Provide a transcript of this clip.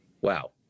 Wow